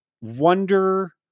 wonder